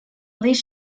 least